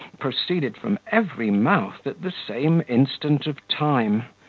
proceeded from every mouth at the same instant of time.